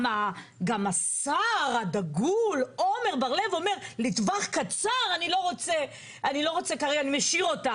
גם השר הדגול עמר בר-לב אומר: לטווח קצר אני משאיר אותה,